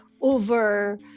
over